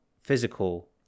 physical